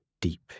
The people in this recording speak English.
deep